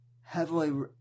heavily